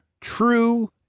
true